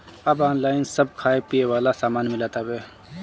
अब ऑनलाइन सब खाए पिए वाला सामान मिलत हवे